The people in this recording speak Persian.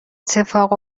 اتفاق